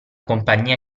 compagnia